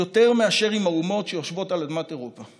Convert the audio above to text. מאשר עם האומות שיושבות על אדמת אירופה.